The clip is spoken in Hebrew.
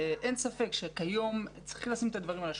אין ספק שכיום צריכים לשים את הדברים על השולחן: